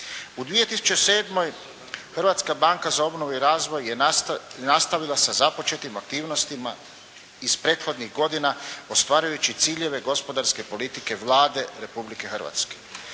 U 2007. Hrvatska banka za obnovu i razvoj je nastavila sa započetim aktivnostima iz prethodnih godina ostvarujući ciljeve gospodarske politike Vlade Republike Hrvatske.